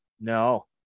No